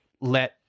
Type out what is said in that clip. let